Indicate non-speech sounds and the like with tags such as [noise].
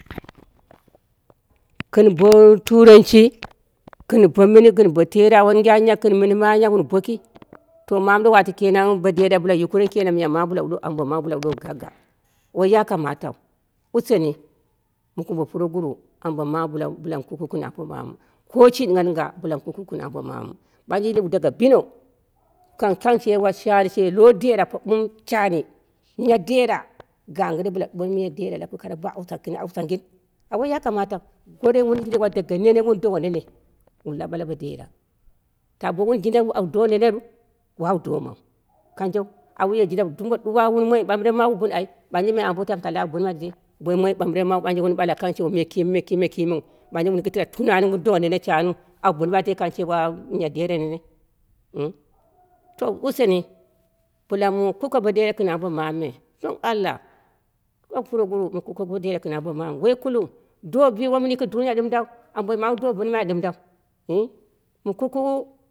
[noise] gɨn bo turenshi gɨn bo mɨni gɨn bo terawa gɨn bo mɨnɨmi anya wun boki to mamu wato kenang bo dera bɨla yukureni kenan miya mamu aingwa ma bɨlawu ɗuwowu gagga woi ya kamatau, usheni mɨ kumbe puroguruwu ambo mamu bɨla wu kukuwu ko ambo mamu ko shi ɗɨngha ɗɨngha bɨla wu kukuwu ko ambo mamu ɓanje yilwu daga bina kang kang she washe she lo dera ko ɓil shani miya dera gangɨre bɨla ɓɨl miya dera koro bo hausha gɨn. haushangin ai yakamatau, gorei wun yilduwa dage nene wun do wa nene wun lab bale bo dera ta wun jindawuu au do neneru, wawu domau kanjeu ai wuye jinda wu dumbo ɗuwa moi ɓambɨren wu ɓini ai ɓanje me ambo kalla au bɨnɨmai tedei, bo woi moi ɓambɨren mawu wun ɓala akan cewa me kime me kimeu me kimeu ɓanje wun gɨtɨra tunani wun dowa nene shani au bɨnmai akan cewa miya derai nene ngu, to useni bɨlamu kuke bodera gɨn ambo mamu me, don allah lau puroguru bɨla kuke bodera gɨn, [unintelligible]